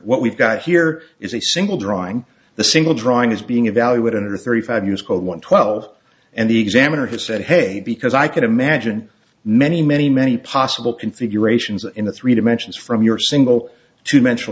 what we've got here is a single drawing the single drawing is being evaluate in a thirty five years called one twelve and the examiner has said hey because i could imagine many many many possible configurations in the three dimensions from your single to mental